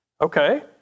Okay